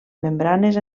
membranes